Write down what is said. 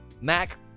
Mac